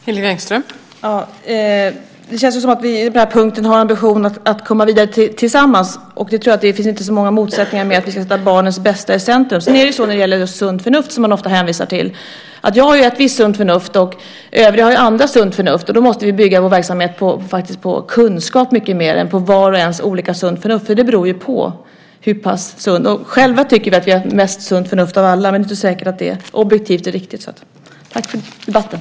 Fru talman! Det känns som om vi på denna punkt har ambitionen att komma vidare tillsammans. Och jag tror inte att det finns så många motsättningar när det gäller att vi ska sätta barnets bästa i centrum. Man hänvisar ofta till sunt förnuft. Jag har ett visst sunt förnuft. Andra har ett annat sunt förnuft. Då måste vi faktiskt bygga vår verksamhet mycket mer på kunskap än på olika personers sunda förnuft. Vi tycker själva att vi har mest sunt förnuft av alla. Men det är inte säkert att det är objektivt och riktigt. Tack för debatten.